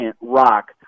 rock